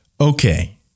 Okay